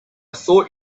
thought